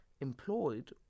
employed